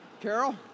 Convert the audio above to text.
Carol